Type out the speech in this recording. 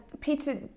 Peter